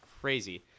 crazy